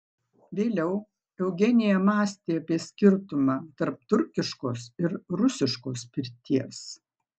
vėliau eugenija mąstė apie skirtumą tarp turkiškos ir rusiškos pirties